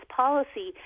policy